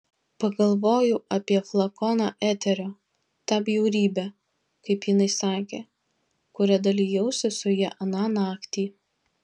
pagalvojau apie flakoną eterio tą bjaurybę kaip jinai sakė kuria dalijausi su ja aną naktį